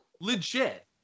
Legit